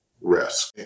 risk